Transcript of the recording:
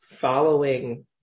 following